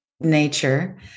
nature